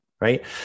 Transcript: Right